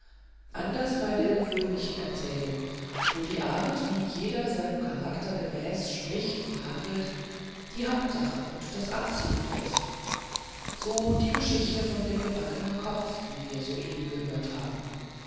anders bei der gewöhnlichen erzählung wo die art wie jeder seinem charakter gemäß spricht und handelt die hauptsache und das anziehende ist so die geschichte von dem gebackenen kopf die wir soeben gehört haben